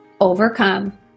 overcome